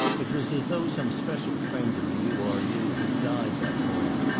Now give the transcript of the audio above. it was as though some special friend of the u. r. u. had died that morning,